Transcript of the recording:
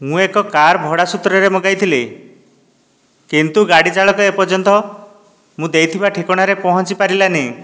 ମୁଁ ଏକ କାର ଭଡ଼ା ସୂତ୍ରରେ ମଗାଇଥିଲି କିନ୍ତୁ ଗାଡ଼ି ଚାଳକ ଏପର୍ଯ୍ୟନ୍ତ ମୁଁ ଦେଇଥିବା ଠିକଣାରେ ପହଞ୍ଚି ପାରିଲାନି